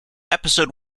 episode